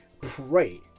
pray